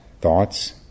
thoughts